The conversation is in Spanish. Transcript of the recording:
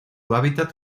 hábitat